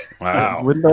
Wow